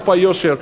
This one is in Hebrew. איפה היושר?